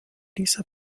dieser